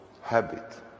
habit